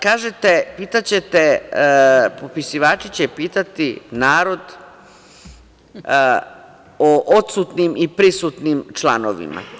Kažete – popisivači će pitati narod o odsutnim i prisutnim članovima.